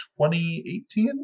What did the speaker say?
2018